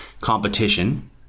competition